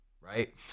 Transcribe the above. right